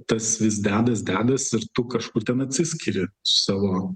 tas vis dedas dedas ir tu kažkur ten atsiskiri su savo